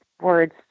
words